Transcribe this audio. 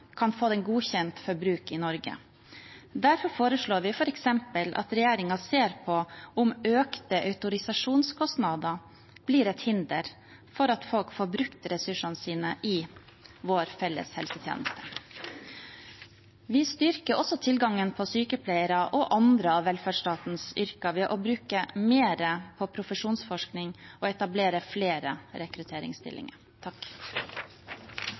kan få den godkjent for bruk i Norge. Derfor foreslår vi f.eks. at regjeringen ser på om økte autorisasjonskostnader blir et hinder for at folk får brukt ressursene sine i vår felles helsetjeneste. Vi styrker også tilgangen på sykepleiere og andre av velferdsstatens yrker ved å bruke mer på profesjonsforskning og etablere flere rekrutteringsstillinger.